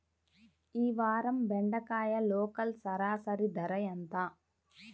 ఈ వారం బెండకాయ లోకల్ సరాసరి ధర ఎంత?